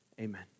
amen